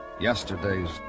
Yesterday's